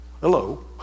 Hello